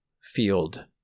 field